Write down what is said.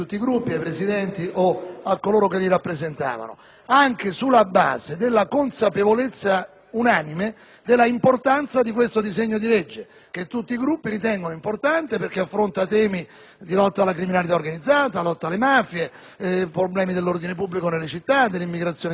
a coloro che li rappresentavano), anche sulla base della consapevolezza unanime dell'importanza di questo disegno di legge. Tutti i Gruppi lo ritengono importante perché affronta i temi della lotta alla criminalità organizzata, della lotta alle mafie, dell'ordine pubblico nelle città, dell'immigrazione clandestina.